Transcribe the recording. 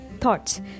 thoughts